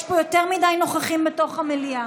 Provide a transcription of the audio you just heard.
יש פה יותר מדי נוכחים בתוך המליאה.